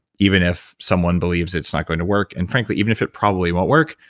even if someone believes it's not going to work. and frankly, even if it probably won't work,